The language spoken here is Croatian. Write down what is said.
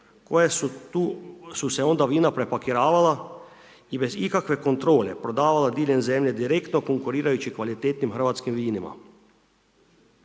tu su se onda vina prepakiravala i bez ikakve kontrole prodavale diljem zemlje, direktno, konkurirajući kvalitetnim hrvatskim vinima.